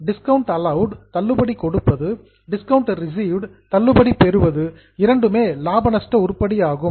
discount allowed தள்ளுபடி கொடுப்பது discount received தள்ளுபடி பெறுவது இரண்டுமே லாப நஷ்ட உருப்படியாகும்